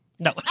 No